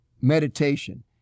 meditation